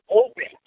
open